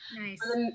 Nice